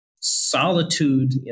Solitude